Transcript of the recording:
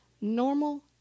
Normal